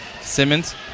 Simmons